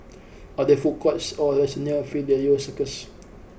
are there food courts or restaurants near Fidelio Circus